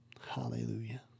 hallelujah